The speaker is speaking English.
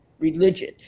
religion